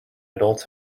adults